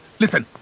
listen.